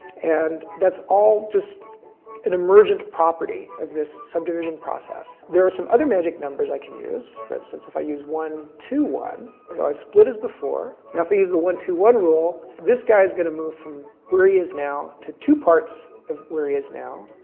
and that's all just an emergent property of this subdivision process. there are some other magic numbers i can use. for instance, if i use one, two, one, so i split as before. now if we use the one, two, one rule, this guy is gonna move from where he is now to two parts of where he is now,